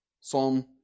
Psalm